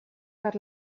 per